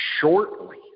shortly